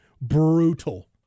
brutal